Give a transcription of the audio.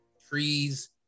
trees